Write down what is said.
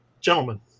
Gentlemen